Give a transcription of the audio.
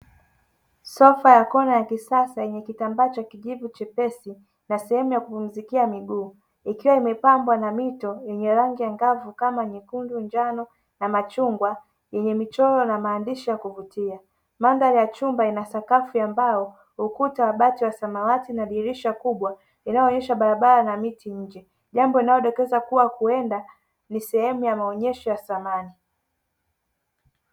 Sofa ya kona ya kisasa yenye kitambaa cha kijivu chepesi na sehemu ya kupumzikia miguu. Ikiwa imepambwa na mito yenye rangi angavu kama: nyekundu, njano na machungwa; yenye michoro na maandishi ya kuvutia. Mandhari ya chumba ina sakafu ya mbao ukuta wa bati wa samawati na dirisha kubwa linaloonyesha barabara ba miti nje. Jambo linalodokeza kuwa huwenda ni sehemu ya maonyesho ya samani.